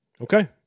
Okay